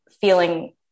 feeling